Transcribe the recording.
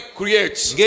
creates